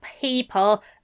people